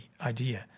idea